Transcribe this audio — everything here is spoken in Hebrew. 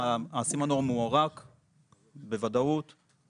הסימנור מוארק בוודאות.